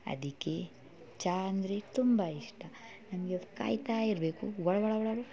ಅದಕ್ಕೇ ಚಹ ಅಂದರೆ ತುಂಬ ಇಷ್ಟ ನಮಗೆ ಕಾಯ್ತಾ ಇರಬೇಕು ಗೊಳ ಗೊಳ ಗೊಳ